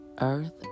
earth